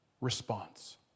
response